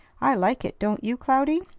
i like it don't you, cloudy?